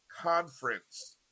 conference